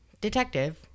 detective